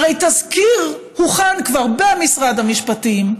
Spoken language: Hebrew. הרי תזכיר הוכן כבר במשרד המשפטים,